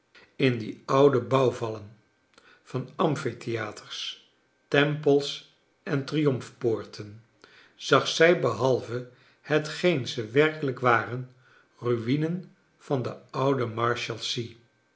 in die oude bouwvallen van amphitheaters tempels en triomfpoorten zag zij behalve hetgeen ze werkelijk waren rumen van de oude marsbalsea